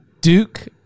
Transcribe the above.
Duke